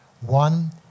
One